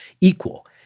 equal